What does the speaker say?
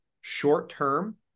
short-term